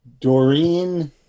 doreen